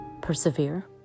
persevere